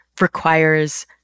requires